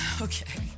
okay